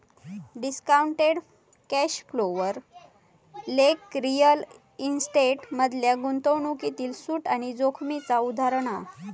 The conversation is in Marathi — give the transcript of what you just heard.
डिस्काउंटेड कॅश फ्लो वर लेख रिअल इस्टेट मधल्या गुंतवणूकीतील सूट आणि जोखीमेचा उदाहरण हा